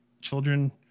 children